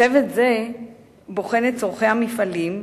צוות זה בוחן את צורכי המפעלים,